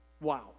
Wow